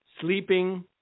sleeping